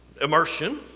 immersion